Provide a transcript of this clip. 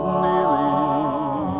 kneeling